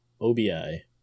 Obi